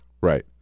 Right